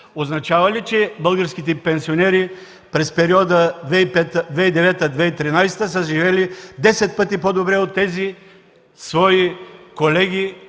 Означава ли, че българските пенсионери през периода 2009-2013 г. са живели десет пъти по-добре от своите колеги,